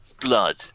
Blood